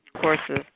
courses